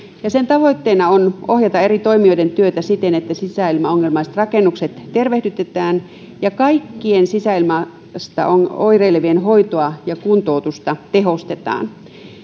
ja sen tavoitteena on ohjata eri toimijoiden työtä siten että sisäilmaongelmaiset rakennukset tervehdytetään ja kaikkien sisäilmasta oireilevien hoitoa ja kuntoutusta tehostetaan